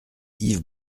yves